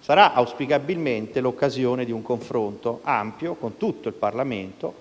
sarà auspicabilmente l'occasione di un confronto ampio con tutto il Parlamento